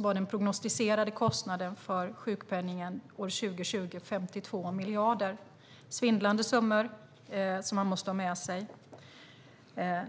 var den prognosticerade kostnaden för sjukpenningen 2020 52 miljarder. Det är en svindlande summa, och det måste man ha med sig att det är.